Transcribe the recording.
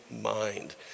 mind